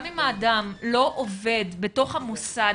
גם אם האדם לא עובד כבר בתוך המוסד,